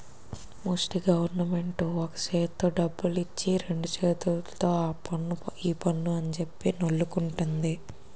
ముస్టి గవరమెంటు ఒక సేత్తో డబ్బులిచ్చి రెండు సేతుల్తో ఆపన్ను ఈపన్ను అంజెప్పి నొల్లుకుంటంది